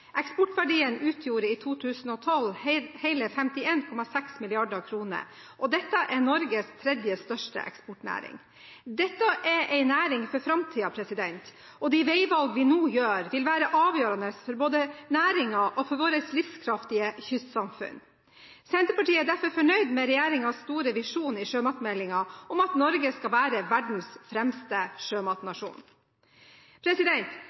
Eksportverdien utgjorde i 2012 hele 51,6 mrd. kr, og dette er Norges tredje største eksportnæring. Dette er en næring for framtiden, og de veivalg vi nå gjør, vil være avgjørende for både næringen og våre livskraftige kystsamfunn. Senterpartiet er derfor fornøyd med regjeringens store visjon i sjømatmeldingen om at Norge skal være verdens fremste